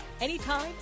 Anytime